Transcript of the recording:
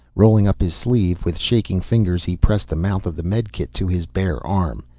rolling up his sleeve with shaking fingers, he pressed the mouth of the medikit to his bare arm.